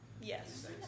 Yes